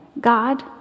God